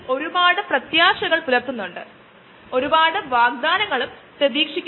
bio മോളിക്യൂളിലും മറ്റും നിങ്ങൾക്ക് കുറച്ച് പശ്ചാത്തലമുണ്ടെന്ന് ഞാൻ പ്രതീക്ഷിക്കുന്നു